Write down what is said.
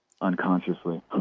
unconsciously